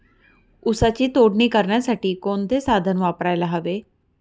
ऊसाची तोडणी करण्यासाठी कोणते साधन वापरायला हवे?